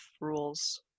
rules